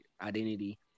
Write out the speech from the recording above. identity